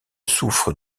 souffre